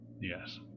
Yes